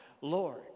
Lord